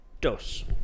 Dos